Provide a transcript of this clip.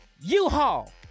U-Haul